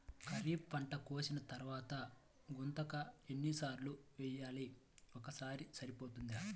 ఖరీఫ్ పంట కోసిన తరువాత గుంతక ఎన్ని సార్లు వేయాలి? ఒక్కసారి సరిపోతుందా?